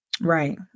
right